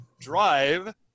drive